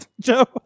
Joe